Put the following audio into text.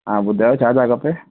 हा ॿुधायो छा छा खपे